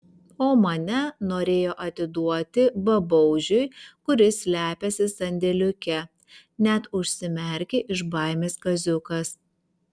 o mane norėjo atiduoti babaužiui kuris slepiasi sandėliuke net užsimerkė iš baimės kaziukas